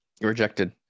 Rejected